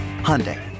Hyundai